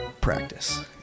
practice